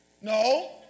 No